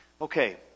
Okay